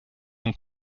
und